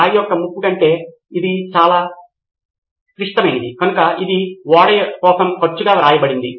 repository దానితో సంబంధం లేకుండా అది ఆ రకమైన రిపోజిటరీ అయినా లేదా అప్లికషన్ లో అయినా అది తప్పక ఒక ప్రాథమిక సమాచారముపై మాత్రమే అది సవరించబడుతుంది